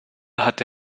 hatte